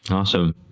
awesome,